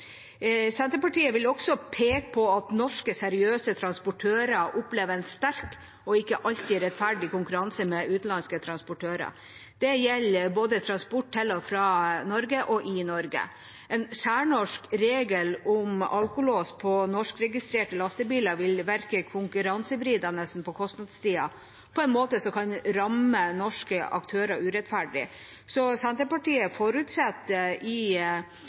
Senterpartiet vil også peke på at norske seriøse transportører opplever en sterk og ikke alltid rettferdig konkurranse med utenlandske transportører. Det gjelder både transport til og fra Norge og transport i Norge. En særnorsk regel om alkolås på norskregistrerte lastebiler vil virke konkurransevridende på kostnadssiden på en måte som kan ramme norske aktører på en urettferdig måte. Senterpartiet forutsetter i